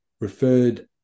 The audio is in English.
referred